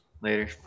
Later